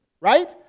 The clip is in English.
Right